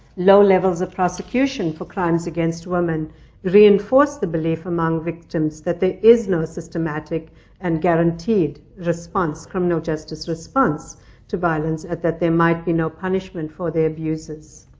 low levels of prosecution for crimes against women reinforce the belief among victims that there is no systematic and guaranteed response criminal justice response to violence. and that there might be no punishment for the abuses.